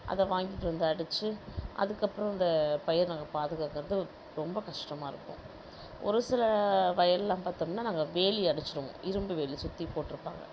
அதை வாங்கிட்டு வந்து அடித்து அதுக்கு அப்புறம் இந்த பயிர் நாங்கள் பாதுகாக்கிறது ரொம்ப கஷ்டமாயிருக்கும் ஒரு சில வயலெலாம் பார்த்தோம்னா நாங்கள் வேலி அடைச்சுருவோம் இரும்பு வேலி சுற்றி போட்டிருப்பாங்க